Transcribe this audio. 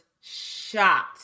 shocked